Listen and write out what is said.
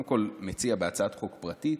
קודם כול, מציע בהצעת חוק פרטית,